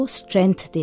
strength